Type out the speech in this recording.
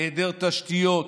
היעדר תשתיות,